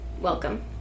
Welcome